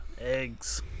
eggs